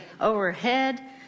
overhead